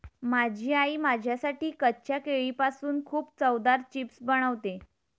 माझी आई माझ्यासाठी कच्च्या केळीपासून खूप चवदार चिप्स बनवते